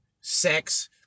sex